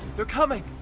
they're coming!